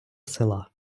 села